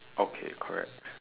okay correct